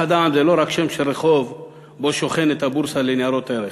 אחד העם זה לא רק שם של רחוב שבו שוכנת הבורסה לניירות ערך,